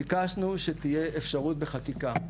שתהיה אפשרות בחקיקה,